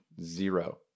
Zero